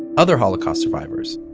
other holocaust survivors.